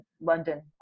London